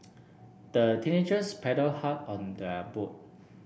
the teenagers paddled hard on their boat